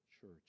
church